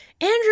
Andrew